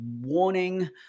warning